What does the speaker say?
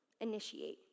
initiate